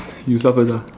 you start first ah